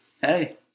Hey